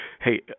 hey